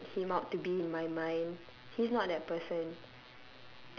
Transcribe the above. made him out to be in my mind he's not that person